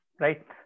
Right